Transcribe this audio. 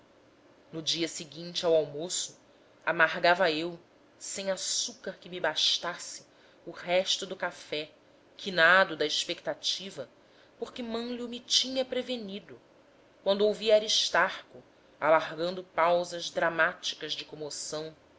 no dia seguinte ao almoço amargava eu sem açúcar que me bastasse o resto do café quinado da expectativa porque mânlio tinha-me prevenido quando ouvi aristarco alargando pausas dramáticas de comoção